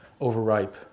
overripe